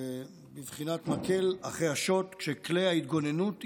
בבחינת מקל אחרי השוט, כשכלי ההתגוננות התפוגגו.